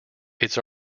its